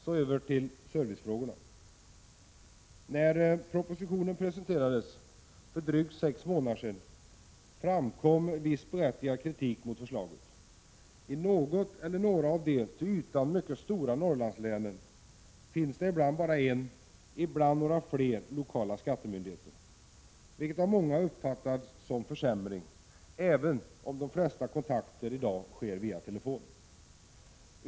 Den andra frågan gäller servicefrågorna. När propositionen presenterades för drygt sex månader sedan framkom viss berättigad kritik mot förslaget. I något eller några av de till ytan mycket stora Norrlandslänen finns ibland flera lokala skattemyndigheter, ibland bara en, vilket av många uppfattas som en försämring även om de flesta kontakter sker via telefon.